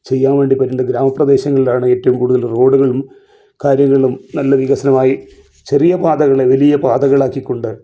ചെയ്യാൻ വേണ്ടി പറ്റുന്ന ഗ്രാമ പ്രദേശങ്ങളിലാണ് ഏറ്റവും കൂടുതല് റോഡ്കളും കാര്യങ്ങളും നല്ല വികസനമായി ചെറിയ പാതകളെ വലിയ പാതകളാക്കിക്കൊണ്ട്